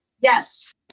Yes